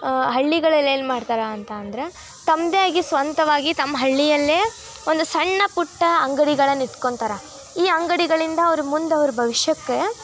ಹಳ್ಳಿಗಳಲ್ಲಿ ಏನು ಮಾಡ್ತಾರೆ ಅಂತಂದರೆ ತಮ್ಮದೇ ಆಗಿ ಸ್ವಂತವಾಗಿ ತಮ್ಮ ಹಳ್ಳಿಯಲ್ಲೇ ಒಂದು ಸಣ್ಣ ಪುಟ್ಟ ಅಂಗ್ಡಿಗಳನ್ನ ಇಟ್ಕೊಂತಾರೆ ಈ ಅಂಗಡಿಗಳಿಂದ ಅವ್ರಿಗೆ ಮುಂದೆ ಅವ್ರ ಭವಿಷ್ಯಕ್ಕೆ